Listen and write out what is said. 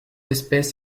espèce